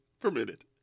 permitted